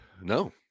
No